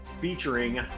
featuring